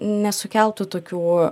nesukeltų tokių